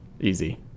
Easy